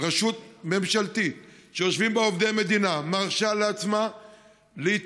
רשות ממשלתית שיושבים בה עובדי מדינה מרשה לעצמה להתעלל,